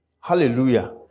Hallelujah